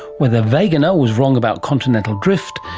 whether wegener was wrong about continental drift,